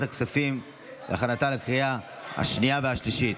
הכספים להכנתה לקריאה השנייה והשלישית.